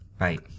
Right